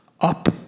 up